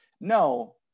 no